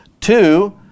Two